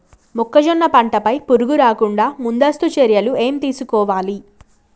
మొక్కజొన్న పంట పై పురుగు రాకుండా ముందస్తు చర్యలు ఏం తీసుకోవాలి?